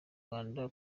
rwanda